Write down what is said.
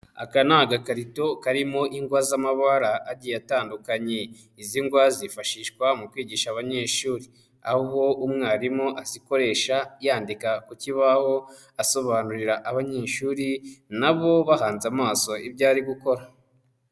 Aka ni agakarito karimo ingwa z'amabara agiye atandukanye, izi ngwa zifashishwa mu kwigisha abanyeshuri, aho umwarimu azikoresha yandika ku kibaho asobanurira abanyeshuri na bo bahanze amaso ibyo ari gukora.